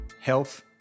health